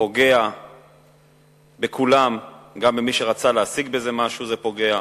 פוגע בכולם, גם במי שרצה להשיג בזה משהו זה פוגע,